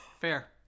fair